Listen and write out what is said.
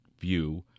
view